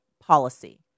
policy